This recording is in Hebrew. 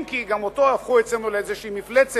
אם כי גם אותו הפכו אצלנו לאיזה מפלצת,